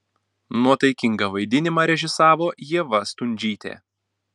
nuotaikingą vaidinimą režisavo ieva stundžytė